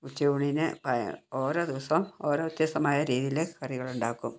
ഉച്ചയൂണിന് ഓരോ ദിവസവും ഓരോ വ്യത്യസ്തമായ രീതിയിൽ കറികൾ ഉണ്ടാക്കും